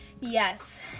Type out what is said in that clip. Yes